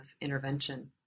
intervention